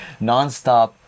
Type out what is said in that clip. nonstop